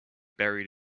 buried